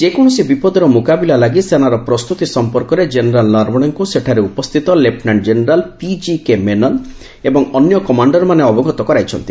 ଯେକୌଣସି ବିପଦର ମୁକାବିଲା ଲାଗି ସେନାର ପ୍ରସ୍ତୁତି ସମ୍ପର୍କରେ ଜେନେରାଲ୍ ନରବଣେଙ୍କୁ ସେଠାରେ ଉପସ୍ଥିତ ଲେପୁନାଙ୍କ ଜେନେରାଲ୍ ପିଜିକେ ମେନନ୍ ଏବଂ ଅନ୍ୟ କମାଣ୍ଡରମାନେ ଅବଗତ କରାଇଛନ୍ତି